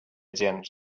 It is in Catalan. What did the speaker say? gens